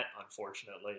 unfortunately